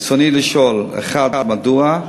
רצוני לשאול: 1. מדוע?